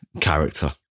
character